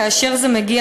כאשר זה מגיע,